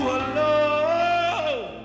alone